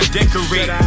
decorate